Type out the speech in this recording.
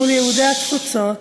מול יהודי התפוצות